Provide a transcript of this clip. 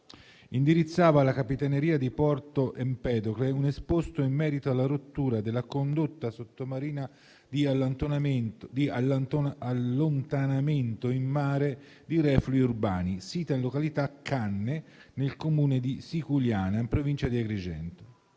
indirizzava alla Capitaneria di Porto Empedocle un esposto in merito alla rottura della condotta sottomarina di allontanamento in mare di reflui urbani, sita in località Canne, nel Comune di Siculiana, in provincia di Agrigento.